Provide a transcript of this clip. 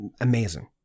amazing